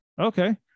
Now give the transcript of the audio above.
okay